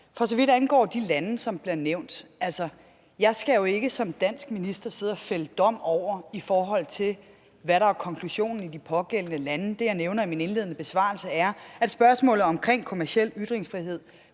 For så vidt angår de lande, som bliver nævnt, skal jeg jo ikke som dansk minister fælde dom over, hvad der er konklusionen i de pågældende lande. Det, jeg nævner i min indledende besvarelse, er, at spørgsmålet om kommerciel ytringsfrihed